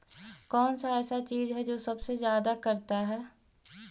कौन सा ऐसा चीज है जो सबसे ज्यादा करता है?